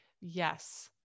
yes